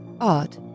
odd